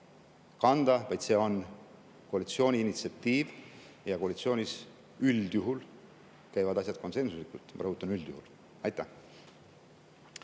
kanda, vaid [peab] olema koalitsiooni initsiatiiv, ja koalitsioonis üldjuhul käivad asjad konsensuslikult. Ma rõhutan: üldjuhul. Aitäh